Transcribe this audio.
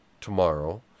tomorrow